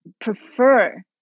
prefer